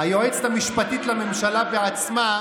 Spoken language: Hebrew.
היועצת המשפטית לממשלה בעצמה,